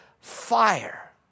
fire